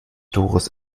doris